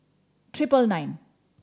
tripe nine